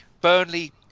Burnley